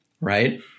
Right